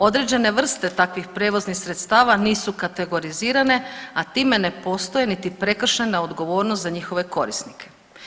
Određene vrste takvih prijevoznih sredstava nisu kategorizirane, a time ne postoji niti prekršajna odgovornost za njihove korisnike.